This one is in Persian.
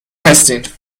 هستین